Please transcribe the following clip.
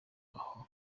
aho